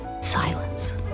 Silence